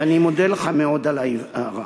ואני מודה לך מאוד על ההערה.